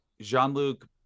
Jean-Luc